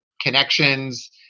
connections